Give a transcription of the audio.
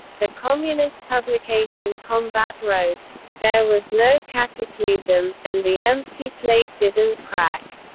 the communist publication combat wrote, there was no cataclysm, and the empty plate didn't crack.